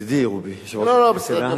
ידידי, רובי, יושב-ראש הכנסת, לא, לא, בסדר גמור.